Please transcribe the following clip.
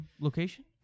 location